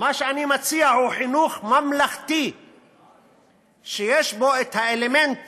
מה שאני מציע הוא חינוך ממלכתי שיש בו האלמנט